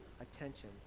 attention